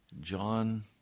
John